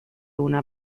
una